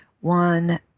one